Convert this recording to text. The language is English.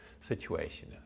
situation